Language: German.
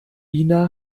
ina